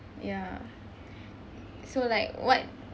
ya so like what